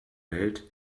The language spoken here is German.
welt